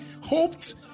hoped